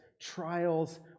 trials